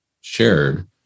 shared